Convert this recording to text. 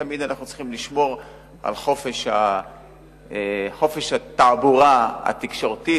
אנחנו תמיד צריכים לשמור על חופש התעבורה התקשורתית,